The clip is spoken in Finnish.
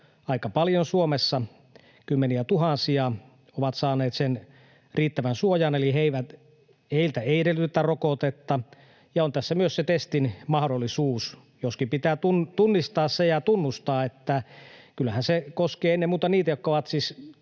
aika paljon, kymmeniätuhansia — ovat saaneet riittävän suojan, eli heiltä ei edellytetä rokotetta. Ja on tässä myös se testin mahdollisuus, joskin pitää tunnistaa ja tunnustaa se, että kyllähän se koskee ennen muuta niitä, joilla on